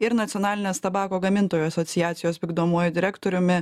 ir nacionalinės tabako gamintojų asociacijos vykdomuoju direktoriumi